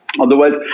Otherwise